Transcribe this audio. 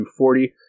240